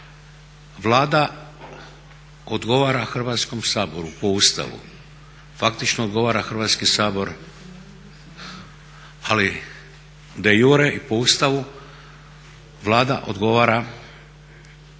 Vlada odgovara Hrvatskom saboru po Ustavu, faktički odgovara Hrvatski sabor, ali de iure i po Ustavu Vlada odgovara Hrvatskom saboru.